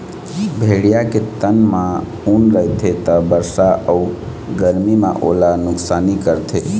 भेड़िया के तन म ऊन रहिथे त बरसा अउ गरमी म ओला नुकसानी करथे